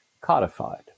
codified